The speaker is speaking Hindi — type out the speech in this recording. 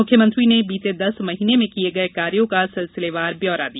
मुख्यमंत्री ने बीते दस माह में किये गये कार्यो का सिलसिलेवार ब्यौरा दिया